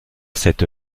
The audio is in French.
cette